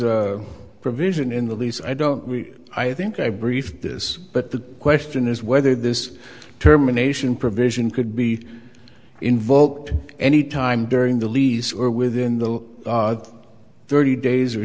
a provision in the lease i don't we i think i briefed this but the question is whether this terminations provision could be invoked any time during the lease or within the thirty days or